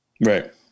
Right